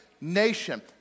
nation